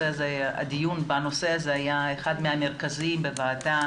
הדיון בנושא הזה היה אחד מהדיונים המרכזיים בוועדה